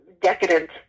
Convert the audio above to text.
decadent